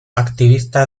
activista